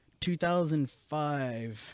2005